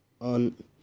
on